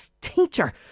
teacher